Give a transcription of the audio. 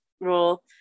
role